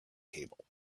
cable